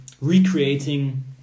recreating